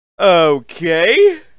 Okay